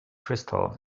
crystal